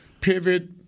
pivot